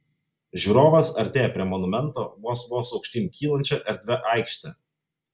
žiūrovas artėja prie monumento vos vos aukštyn kylančia erdvia aikšte